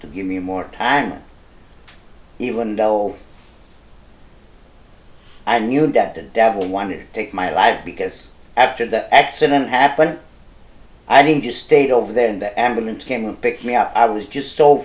to give me more time even though i knew that the devil wanted to take my life because after the accident happened i think you stayed over there and that ambulance came and picked me up i was just so